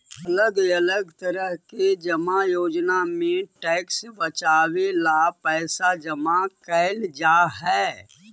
अलग अलग तरह के जमा योजना में टैक्स बचावे ला पैसा जमा कैल जा हई